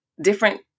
different